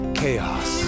chaos